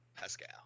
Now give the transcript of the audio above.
Pascal